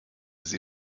sie